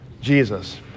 Jesus